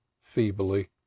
feebly